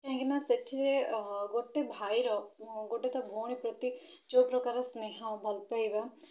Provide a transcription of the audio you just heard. କାହିଁକିନା ସେଥିରେ ଗୋଟେ ଭାଇର ଗୋଟେ ତା ଭଉଣୀ ପ୍ରତି ଯେଉଁ ପ୍ରକାର ସ୍ନେହ ଭଲ ପାଇବା